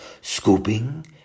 scooping